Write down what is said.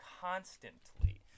constantly